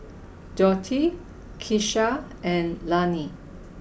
Dorthey Keisha and Lannie